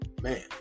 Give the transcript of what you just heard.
Man